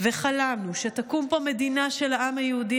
וחלמנו שתקום פה מדינה של העם היהודי